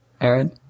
Aaron